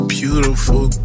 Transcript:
beautiful